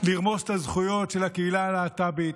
לרמוס את הזכויות של הקהילה הלהט"בית,